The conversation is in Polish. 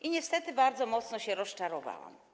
I niestety bardzo mocno się rozczarowałam.